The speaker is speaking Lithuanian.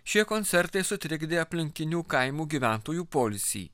šie koncertai sutrikdė aplinkinių kaimų gyventojų poilsį